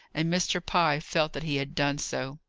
and mr. pye felt that he had done so.